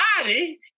body